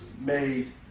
made